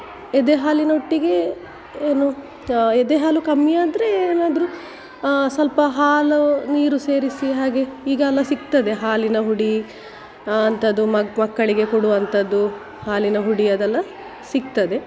ಎದೆ ಹಾಲಿನೊಟ್ಟಿಗೆ ಏನು ಎದೆ ಹಾಲು ಕಮ್ಮಿ ಆದರೆ ಏನಾದರೂ ಸ್ವಲ್ಪ ಹಾಲು ನೀರು ಸೇರಿಸಿ ಹಾಗೆ ಈಗೆಲ್ಲ ಸಿಗ್ತದೆ ಹಾಲಿನ ಹುಡಿ ಅಂಥದ್ದು ಮಕ್ಕಳಿಗೆ ಕೊಡುವಂಥದ್ದು ಹಾಲಿನ ಹುಡಿ ಅದೆಲ್ಲ ಸಿಗ್ತದೆ